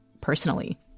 personally